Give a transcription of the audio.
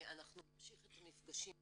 אנחנו נמשיך את המפגשים האלה,